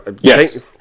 Yes